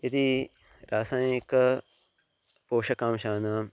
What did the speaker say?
यदि रासायनिकपोषकांशानां